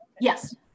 Yes